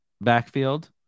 backfield